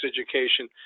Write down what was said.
education